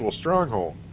stronghold